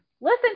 listen